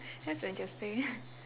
that's interesting